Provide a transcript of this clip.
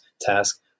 task